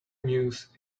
news